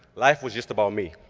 life was just about me.